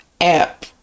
app